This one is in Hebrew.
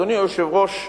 אדוני היושב-ראש,